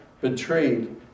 betrayed